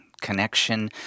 connection